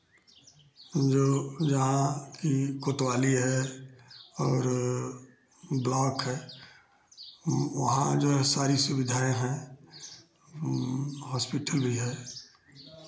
जो जहाँ की कोतवाली है और ब्लॉक है वहाँ जो है सारी सुविधाएँ हैं हॉस्पिटल भी है